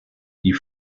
die